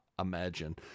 imagine